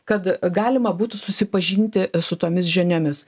kad galima būtų susipažinti su tomis žiniomis